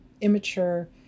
immature